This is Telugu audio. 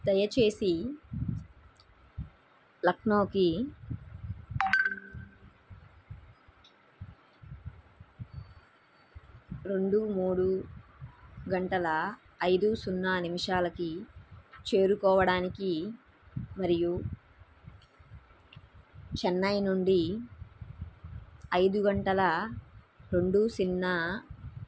దయచేసి లక్నోకి రెండు మూడు గంటల ఐదు సున్నా నిమిషాలకి చేరుకోవడానికి మరియు చెన్నై నుండి ఐదు గంటల రెండు సున్నా